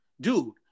Dude